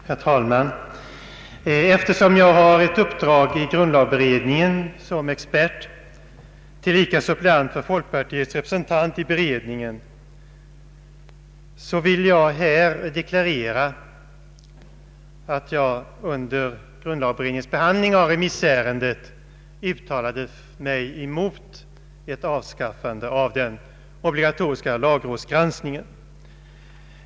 Herr talman! Eftersom jag har ett uppdrag i grundlagberedningen som expert, tillika suppleant för folkpartiets representant i beredningen, vill jag här deklarera att jag under grundlagberedningens behandling av remissärendet uttalade mig emot ett avskaffande av den obligatoriska lagrådsgranskningen.